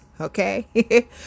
okay